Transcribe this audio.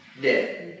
Dead